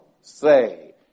say